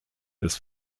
des